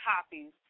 copies